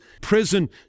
prison